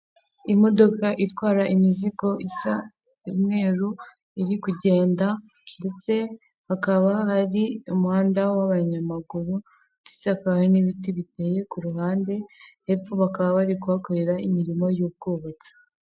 Imodoka itwara imizigo isa umweru iri kugenda ndetse hakaba hari umuhanda w'abanyamaguru ndetse hakaba hari n'ibiti biteye ku ruhande, hepfo bakaba bari kuhakorera imirimo y'ubwubatsi.